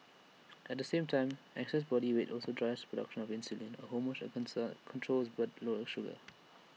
at the same time excess body weight also drives the production of insulin A hormone that concern controls blood levels sugar